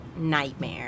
nightmare